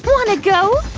wanna go?